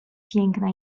piękna